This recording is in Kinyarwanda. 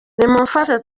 nimumfashe